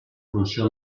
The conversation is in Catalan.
funció